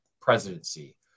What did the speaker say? presidency